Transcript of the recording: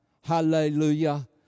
hallelujah